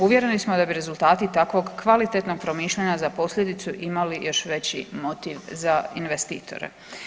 Uvjereni smo da bi rezultati takvog kvalitetnog promišljanja za posljedicu imali još veći motiv za investitore.